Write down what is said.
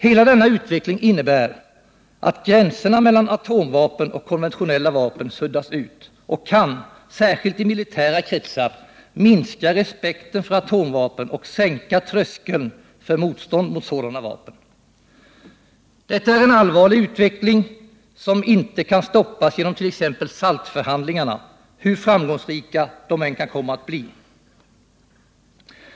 Hela denna utveckling innebär att gränserna mellan atomvapen och konventionella vapen suddas ut och kan, särskilt i militära kretsar, minska respekten för atomvapen och sänka tröskeln för motstånd mot sådana vapen. Detta är en allvarlig utveckling, som inte kan stoppas genom t.ex. SALT förhandlingarna, hur framgångsrika de än kan komma att bli.